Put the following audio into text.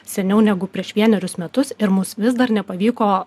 seniau negu prieš vienerius metus ir mums vis dar nepavyko